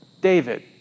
David